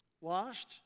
washed